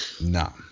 No